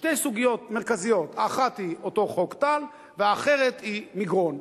שתי סוגיות מרכזיות: האחת היא אותו חוק טל והאחרת היא מגרון.